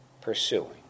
pursuing